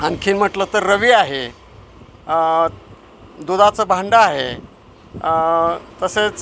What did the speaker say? आणखी म्हटलं तर रवी आहे दुधाचं भांडं आहे तसेच